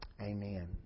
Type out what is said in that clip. Amen